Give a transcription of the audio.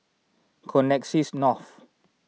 Connexis North